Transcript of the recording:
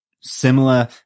similar